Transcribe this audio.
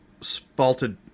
spalted